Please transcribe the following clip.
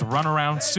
Runaround